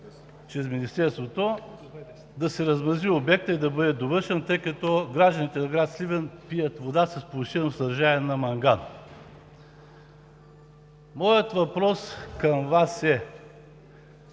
чрез Министерството да се размрази обектът и да бъде довършен, тъй като гражданите на град Сливен пият вода с повишено съдържание на манган. Моят въпрос към Вас е: